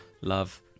love